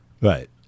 Right